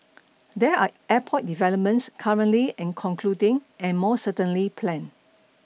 there are airport developments currently in concluding and more certainly planned